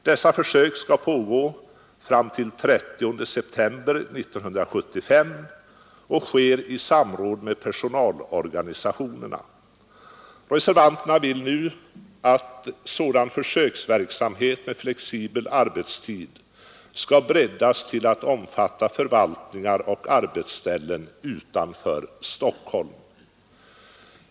Dessa försök skall pågå fram till den 30 september 1975 och sker i samråd med personalorganisationerna. Reservanterna vill nu att sådan försöksverksamhet med flexibel arbetstid skall breddas till att omfatta förvaltningar och arbetsställen utanför Stockholm.